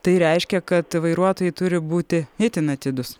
tai reiškia kad vairuotojai turi būti itin atidūs